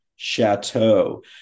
chateau